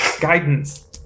Guidance